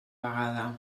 vegada